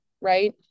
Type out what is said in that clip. right